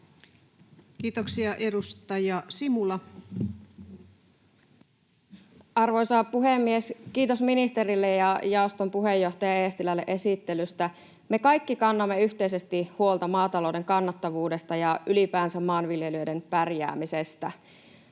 Kiitoksia. — Edustaja Simula. Arvoisa puhemies! Kiitos ministerille ja jaoston puheenjohtaja Eestilälle esittelystä. Me kaikki kannamme yhteisesti huolta maatalouden kannattavuudesta ja ylipäänsä maanviljelijöiden pärjäämisestä.